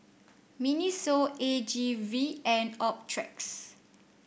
Miniso A G V and Optrex